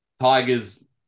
Tigers